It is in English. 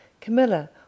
Camilla